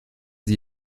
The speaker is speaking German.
sie